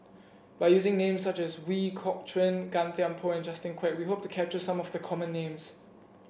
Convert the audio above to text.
by using names such as Ooi Kok Chuen Gan Thiam Poh and Justin Quek we hope to capture some of the common names